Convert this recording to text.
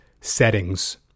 settings